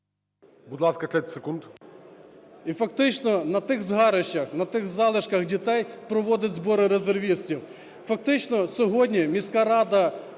Будь ласка, 30 секунд